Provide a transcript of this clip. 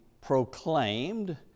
proclaimed